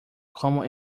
como